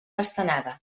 pastanaga